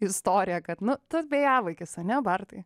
istoriją kad nu tu vėjavaikis ane bartai